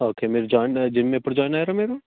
okay మీరు join gym ఎప్పుడు join అయ్యారు మీరు